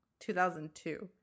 2002